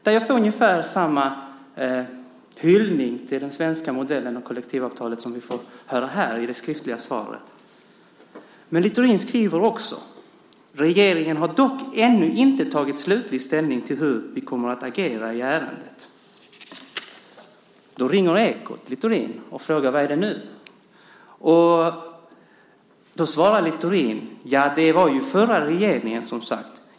Som svar får jag ungefär samma hyllning till den svenska modellen och det svenska kollektivavtalen som vi får höra här i svaret. Men Littorin skriver också att regeringen dock ännu inte har tagit slutlig ställning till hur den kommer att agera i ärendet. Då ringer Ekot Littorin och frågar: Vad är det nu? Littorin svarar: Det var ju den förra regeringen, som sagt.